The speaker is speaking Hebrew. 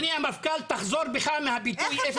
אדוני המפכ"ל, תחזור בך מהביטוי אפס הרוגים.